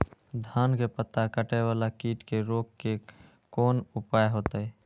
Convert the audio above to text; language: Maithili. धान के पत्ता कटे वाला कीट के रोक के कोन उपाय होते?